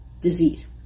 disease